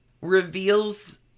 reveals